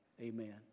Amen